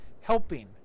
helping